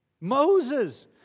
Moses